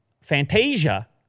Fantasia